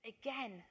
again